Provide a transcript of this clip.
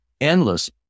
endless